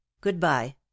Goodbye